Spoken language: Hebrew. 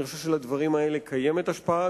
אני חושב שלדברים האלה קיימת השפעה,